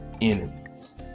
enemies